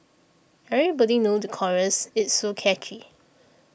everybody knew the chorus it's so catchy